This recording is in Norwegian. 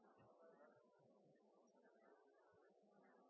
Vi har